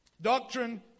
Doctrine